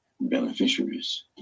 beneficiaries